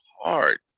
hard